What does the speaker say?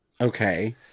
Okay